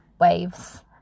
waves